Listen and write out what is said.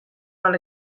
not